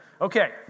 Okay